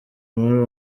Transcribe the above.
muri